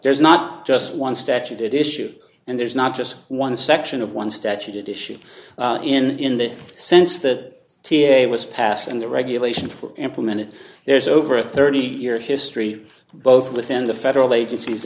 there's not just one statute issue and there's not just one section of one statute issue in the sense that t a a was passed and the regulations for implemented there's over a thirty year history both within the federal agencies